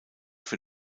für